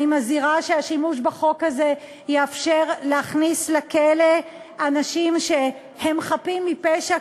אני מזהירה שהשימוש בחוק הזה יאפשר להכניס לכלא אנשים שהם חפים מפשע,